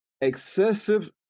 excessive